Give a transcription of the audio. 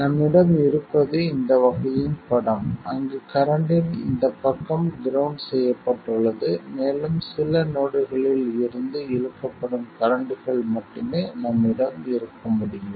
நம்மிடம் இருப்பது இந்த வகையின் படம் அங்கு கரண்ட்டின் இந்த பக்கம் கிரவுண்ட் செய்யப்பட்டுள்ளது மேலும் சில நோடுகளில் இருந்து இழுக்கப்படும் கரண்ட்கள் மட்டுமே நம்மிடம் இருக்க முடியும்